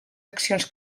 accions